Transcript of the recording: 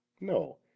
No